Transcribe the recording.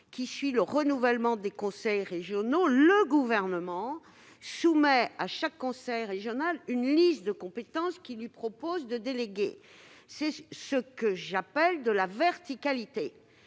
qui suit le renouvellement des conseils régionaux, le Gouvernement soumette à chaque conseil régional une liste de compétences qu'il propose de lui déléguer. C'est ce que j'appelle de la verticalité